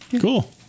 Cool